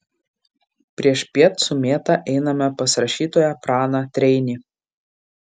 priešpiet su mėta einame pas rašytoją praną treinį